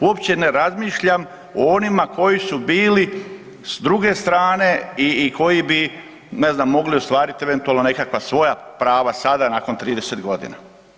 Uopće ne razmišljam o onima koji su bili s druge strane i koji bi ne znam, mogli ostvariti eventualno nekakva svoja prava sada nakon 30 godina.